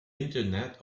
internet